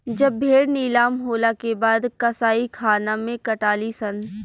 जब भेड़ नीलाम होला के बाद कसाईखाना मे कटाली सन